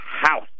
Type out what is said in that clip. house